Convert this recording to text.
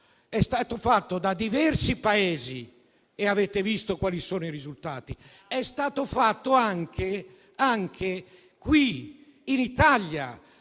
stato fatto da diversi Paesi; e avete visto quali sono i risultati. È stato fatto anche qui in Italia,